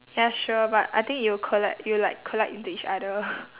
ya sure but I think it'll collide it will like collide into each other